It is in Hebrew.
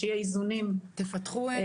שיהיו את האיזונים הנדרשים.